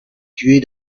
tuer